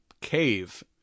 cave